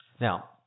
Now